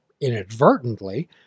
inadvertently